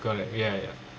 correct ya ya